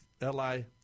l-i